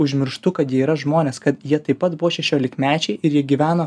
užmirštu kad jie yra žmonės kad jie taip pat buvo šešiolikmečiai ir jie gyveno